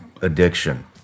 addiction